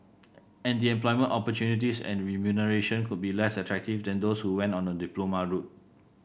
and the employment opportunities and remuneration could be less attractive than those who went on a diploma route